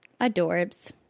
Adorbs